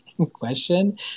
Question